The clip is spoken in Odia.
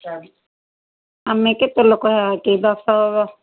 ଆଚ୍ଛା ଆମେ କେତେ ଲୋକ କି ଦଶ